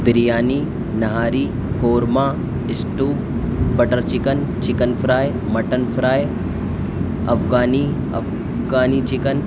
biryani nihari korma stew butter chicken chicken fry mutton fry Afghani Afghani chicken